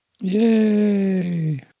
Yay